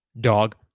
Dog